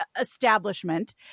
establishment